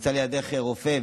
נמצא לידך רופא,